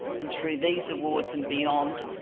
and through these awards and beyond,